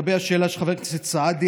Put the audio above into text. לגבי השאלה של חבר הכנסת סעדי,